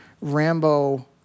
Rambo